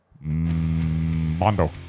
mondo